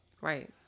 Right